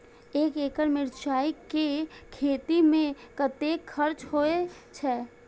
एक एकड़ मिरचाय के खेती में कतेक खर्च होय छै?